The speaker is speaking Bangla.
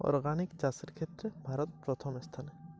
অর্গানিক চাষের ক্ষেত্রে ভারত প্রথম স্থানে